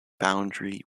boundary